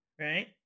Right